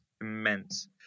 immense